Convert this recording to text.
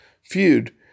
feud